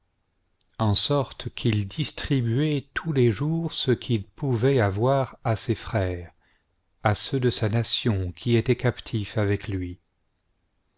en sorte qu'il distribuait tous les jours ce qu'il pouvait avoir à ses frères à ceux de sa nation qui étaient captifs avec lui